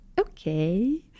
okay